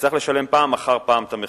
נצטרך לשלם פעם אחר פעם את המחיר.